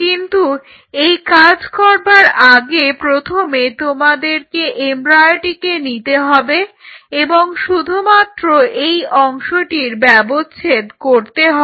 কিন্তু এই কাজ করবার আগে প্রথমে তোমাদেরকে এমব্রায়োটিকে নিতে হবে এবং শুধুমাত্র এই অংশটির ব্যবচ্ছেদ করতে হবে